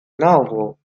novel